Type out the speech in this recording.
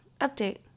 update